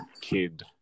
kid